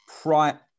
prior